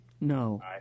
No